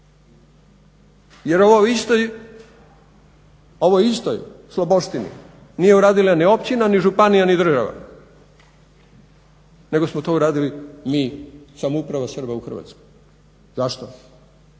Jer ovoj istoj Sloboštini nije uradila ni općina, ni županija, ni država, nego smo to uradili mi, samouprava Srba u Hrvatskoj. Zašto?